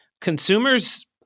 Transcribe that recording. consumers